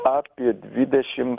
apie dvidešimt